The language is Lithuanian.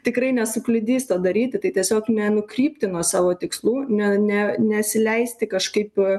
tikrai nesukliudys to daryti tiesiog nenukrypti nuo savo tikslų ne ne nesileisti kažkaip